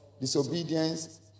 disobedience